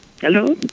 Hello